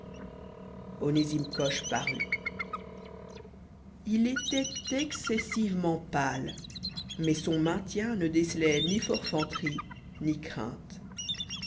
onésime coche parut il était excessivement pâle mais son maintien ne décelait ni forfanterie ni crainte